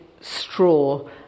straw